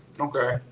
okay